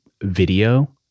video